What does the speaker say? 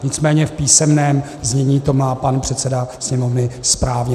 Nicméně v písemném znění to má pan předseda Sněmovny správně.